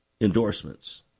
endorsements